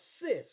assist